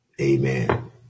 Amen